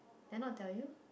did I not tell you